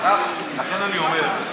לכן אני אומר,